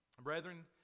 Brethren